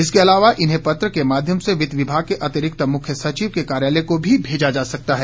इसके अलावा इन्हें पत्र के माध्यम से वित्त विभाग के अतिरिक्त मुख्य सचिव के कार्यालय को भी भेजा जा सकता है